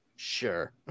sure